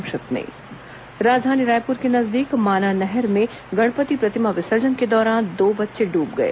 संक्षिप्त समाचार राजधानी रायपुर के नजदीक माना नहर में गणपति प्रतिमा विसर्जन के दौरान दो बच्चे डूब गए